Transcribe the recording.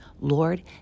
Lord